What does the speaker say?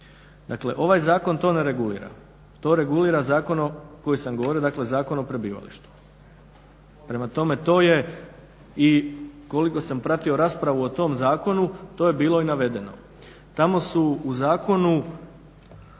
dakle ovaj zakon to ne regulira. To regulira Zakon o prebivalištu. Prema tome to je i koliko sam pratio raspravu o tom zakonu to je bilo i navedeno. Tamo su u zakonu